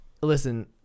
listen